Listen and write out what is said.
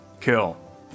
kill